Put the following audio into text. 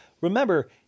remember